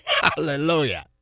Hallelujah